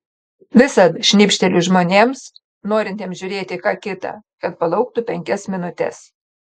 visad šnibžteliu žmonėms norintiems žiūrėti ką kita kad palauktų penkias minutes